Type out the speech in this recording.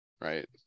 right